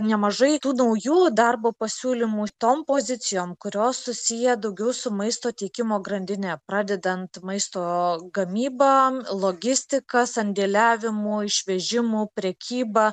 nemažai tų naujų darbo pasiūlymų tom pozicijom kurios susiję daugiau su maisto tiekimo grandine pradedant maisto gamyba logistika sandėliavimu išvežimu prekyba